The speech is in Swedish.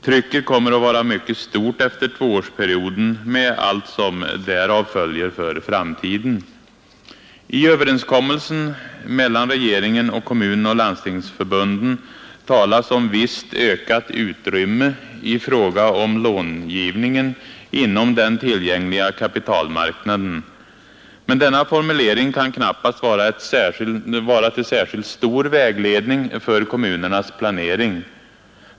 Trycket kommer att vara mycket stort efter tvåårsperioden med allt som därav följer för framtiden. I överenskommelsen mellan regeringen och kommunförbunden talas om ”visst ökat utrymme i fråga om långivningen inom den tillgängliga kapitalmarknaden”. Men denna formulering kan knappast vara till särskilt stor vägledning för kommunernas planering.